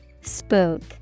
Spook